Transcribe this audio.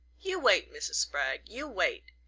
you wait, mrs. spragg, you wait.